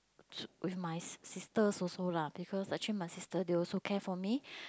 with my sisters also lah because actually my sister they also care for me